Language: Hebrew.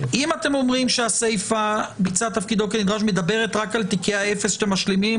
אם אתם אומרים שהסעיף מדבר רק על תיקי האפס שאתם משלימים,